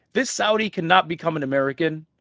this saudi cannot become an american,